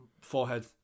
forehead